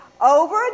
over